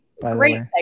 Great